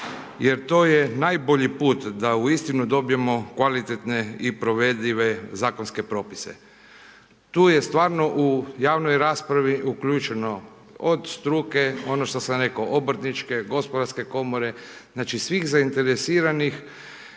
jer to je najbolji put da u istinu dobijemo kvalitetne i provedive zakonske propise. Tu je stvarno u javnoj raspravi uključeno, od struke ono što sam reko obrtničke, gospodarske komore, znači svih zainteresiranih